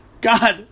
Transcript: God